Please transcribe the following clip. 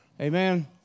Amen